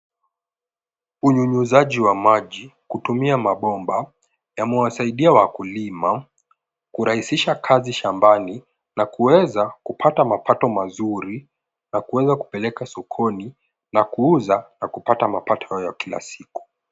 Unyunyiziaji wa maji kutumia mabomba yamewasaidia wakulima kurahisisha kazi shambani na kuweza kupata mapato mazuri na kuweza kupeleka sokoni na kuuza na kupata mapato ya kila siku.